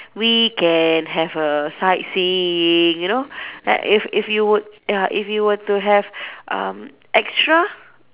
we can have a sightseeing you know at if if you would ya if you were to have um extra